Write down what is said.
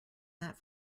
that